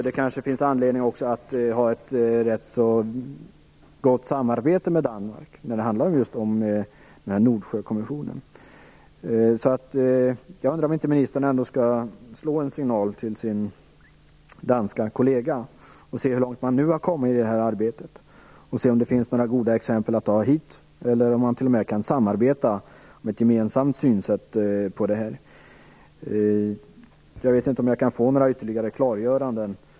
Det kanske finns anledning att också ha ett rätt så gott samarbete med Danmark när det gäller just Nordsjökommissionen. Jag undrar om inte ministern ändå skall slå en signal till sin danske kollega för att se hur långt man nu har kommit i det här arbetet. Kanske finns det några goda exempel att överföra hit. Kanske kan man t.o.m. samarbeta kring ett gemensamt synsätt här. Jag vet inte om jag kan få några ytterligare klargöranden.